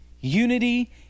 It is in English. Unity